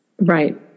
Right